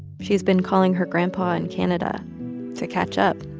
she's been calling her grandpa in canada to catch up,